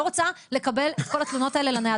לא רוצה לקבל את כל התלונות האלה לנייד,